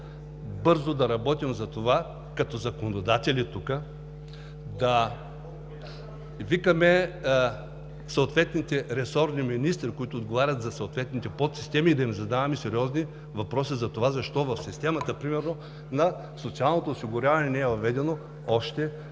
по-бързо да работим за това като законодатели тук, да викаме съответните ресорни министри, които отговарят за съответните подсистеми, и да им задаваме сериозни въпроси за това, защо в системата на социалното осигуряване примерно не е въведено още